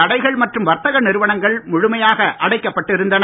கடைகள் மற்றும் வர்த்தக நிறுவனங்கள் முழுமையாக அடைக்கப்பட்டிருந்தன